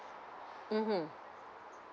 mmhmm